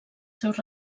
seus